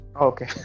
Okay